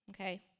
okay